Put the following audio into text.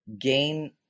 gain